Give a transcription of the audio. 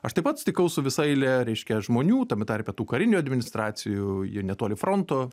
aš taip pat susitikau su visa eile reiškia žmonių tame tarpe tų karinių administracijų jie netoli fronto